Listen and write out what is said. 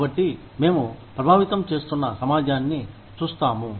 కాబట్టి మేము ప్రభావితం చేస్తున్న సమాజాన్ని చూస్తాము